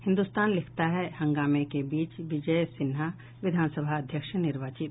हिन्दुस्तान लिखता है हंगामे के बीच विजय सिन्हा विधानसभा अध्यक्ष निर्वाचित